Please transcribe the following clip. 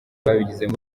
babigizemo